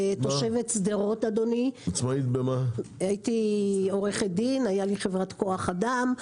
עו"ד, תושבת שדרות, הייתה לי חברת כוח אדם.